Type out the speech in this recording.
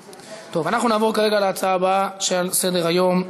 נעבור כרגע להצעה הבאה שעל סדר-היום,